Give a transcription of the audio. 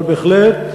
אבל בהחלט,